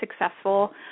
successful